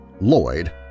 Lloyd